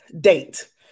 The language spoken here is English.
date